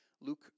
Luke